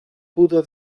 pudo